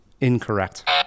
Incorrect